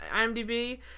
IMDb